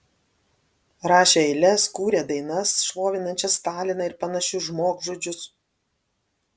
rašę eiles kūrę dainas šlovinančias staliną ir panašius žmogžudžius